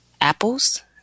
apples